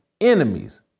enemies